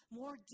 more